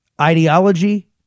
Ideology